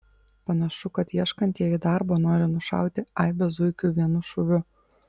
panašu kad ieškantieji darbo nori nušauti aibę zuikių vienu šūviu